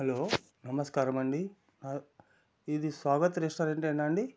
hello నమస్కారం అండి ఇది స్వాగత్ రెస్టారెంటేనా అండి